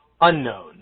unknown